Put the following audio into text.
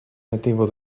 nativo